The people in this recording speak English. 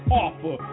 offer